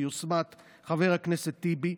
ביוזמת חבר הכנסת טיבי,